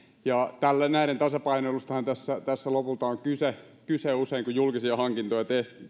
näiden tasapainoilustahan tässä tässä lopulta on usein kyse kun julkisia hankintoja